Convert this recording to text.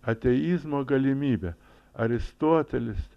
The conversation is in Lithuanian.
ateizmo galimybe aristotelis